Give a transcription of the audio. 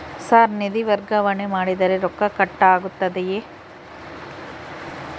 Sir ನಿಧಿ ವರ್ಗಾವಣೆ ಮಾಡಿದರೆ ರೊಕ್ಕ ಕಟ್ ಆಗುತ್ತದೆಯೆ?